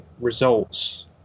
results